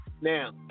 Now